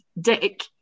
Dick